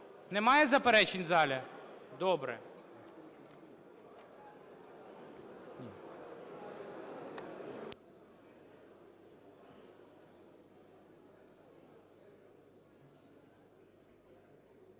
Немає заперечень у залі? Добре.